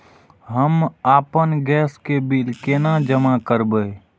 हम आपन गैस के बिल केना जमा करबे?